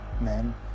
men